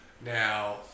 Now